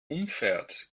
umfährt